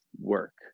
work